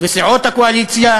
וסיעות הקואליציה,